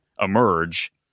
emerge